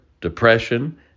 depression